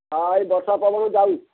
ହଁ ଏଇ ବର୍ଷା ପବନ ଯାଉ